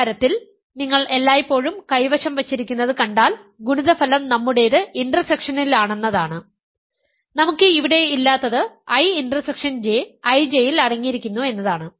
പരിഹാരത്തിൽ നിങ്ങൾ എല്ലായ്പ്പോഴും കൈവശം വച്ചിരിക്കുന്നത് കണ്ടാൽ ഗുണിതഫലം നമ്മുടേത് ഇന്റർസെക്ഷനിലാണെന്നതാണ് നമുക്ക് ഇവിടെ ഇല്ലാത്തത് I ഇന്റർസെക്ഷൻ J IJ യിൽ അടങ്ങിയിരിക്കുന്നു എന്നതാണ്